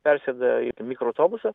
persėda į tą mikroautobusą